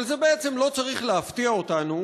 אבל זה בעצם לא צריך להפתיע אותנו,